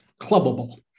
Clubbable